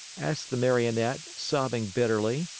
asked the marionette, sobbing bitterly.